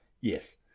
Yes